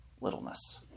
littleness